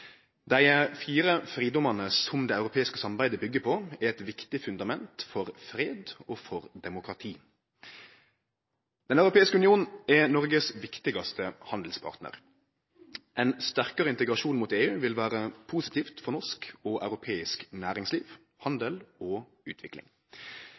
Dei fire fridomane som det europeiske samarbeidet byggjer på, er eit viktig fundament for fred og demokrati. Den europeiske union er Noregs viktigaste handelspartnar. Ein sterkare integrasjon mot EU vil vere positivt for norsk og europeisk næringsliv,